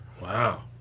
Wow